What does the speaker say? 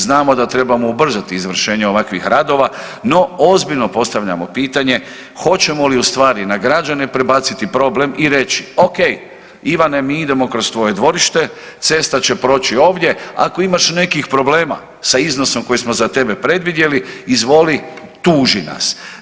Znamo da trebamo ubrzati izvršenje ovakvih radova no ozbiljno postavljamo pitanje hoćemo li u stvari na građane prebaciti problem i reći, ok Ivane mi idemo kroz tvoje dvorište, cesta će proći ovdje, ako imaš nekih problema sa iznosom koji smo za tebe predvidjeli izvoli tuži nas.